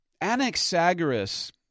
Anaxagoras